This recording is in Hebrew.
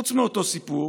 חוץ מאותו סיפור